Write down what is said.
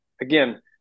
again